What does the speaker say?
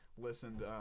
listened